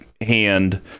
hand